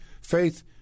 faith